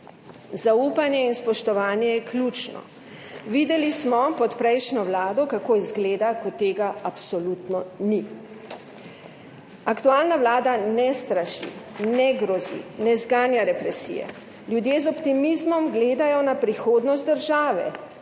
Zaupanje in spoštovanje je ključno. Pod prejšnjo vlado smo videli, kako izgleda, ko tega absolutno ni. Aktualna vlada ne straši, ne grozi, ne zganja represije, ljudje z optimizmom gledajo na prihodnost države.